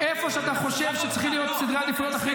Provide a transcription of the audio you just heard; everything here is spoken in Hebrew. ----- איפה שאתה חושב שצריכים להיות סדרי עדיפויות אחרים,